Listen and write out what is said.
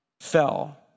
fell